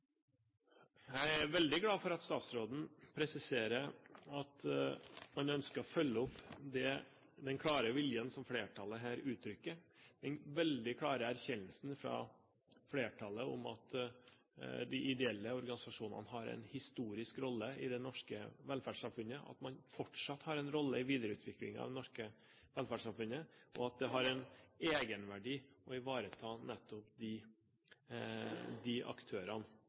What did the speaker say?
Jeg er veldig glad for at statsråden presiserer at man ønsker å følge opp den klare viljen som flertallet her uttrykker, den veldig klare erkjennelsen fra flertallet av at de ideelle organisasjonene har en historisk rolle i det norske velferdssamfunnet, at de fortsatt har en rolle i videreutviklingen av det norske velferdssamfunnet, og at det har en egenverdi å ivareta nettopp de aktørene